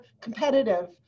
competitive